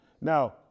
Now